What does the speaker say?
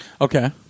okay